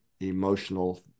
emotional